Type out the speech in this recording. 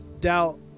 Doubt